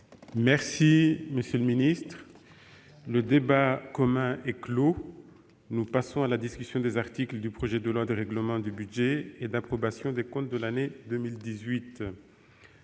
présentera ce texte ! Le débat commun est clos. Nous passons à la discussion des articles du projet de loi de règlement du budget et d'approbation des comptes de l'année 2018.